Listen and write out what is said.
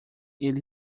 ele